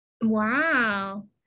Wow